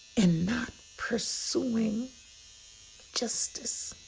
in not pursuing justice.